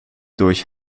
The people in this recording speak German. durch